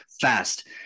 fast